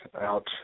out